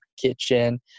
kitchen